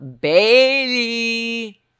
Bailey